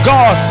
God